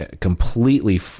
Completely